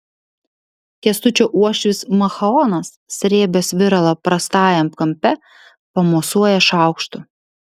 kęstučio uošvis machaonas srėbęs viralą prastajam kampe pamosuoja šaukštu